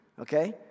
Okay